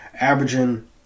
Averaging